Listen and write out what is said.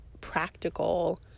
practical